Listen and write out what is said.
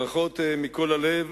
ברכות מכל הלב